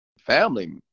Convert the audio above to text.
family